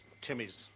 Timmy's